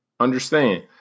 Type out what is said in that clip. Understand